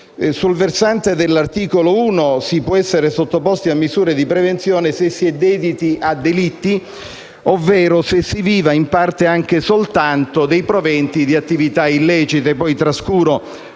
Sul versante dell'articolo 1, si può essere sottoposti a misure di prevenzione se si è dediti a delitti, ovvero se si viva, anche soltanto in parte, dei proventi di attività illecite. Trascuro